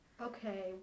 Okay